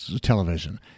television